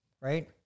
right